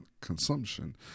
consumption